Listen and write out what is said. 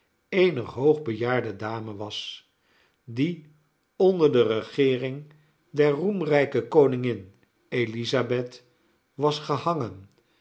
eener hoogbejaarde dame was die onder de regeering der roemrijke koningin elisabeth was gehangen